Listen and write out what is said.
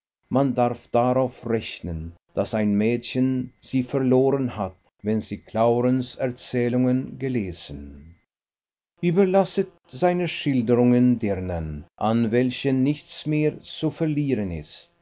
man darf darauf rechnen daß ein mädchen sie verloren hat wenn sie claurens erzählungen gelesen überlasset seine schilderungen dirnen an welchen nichts mehr zu verlieren ist